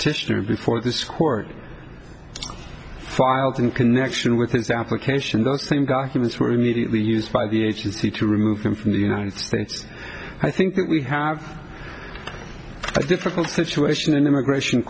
petitioner before this court filed in connection with his application those same documents were immediately used by the agency to remove him from the united states i think that we have a difficult situation in immigration